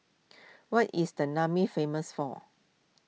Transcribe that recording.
what is the Niamey famous for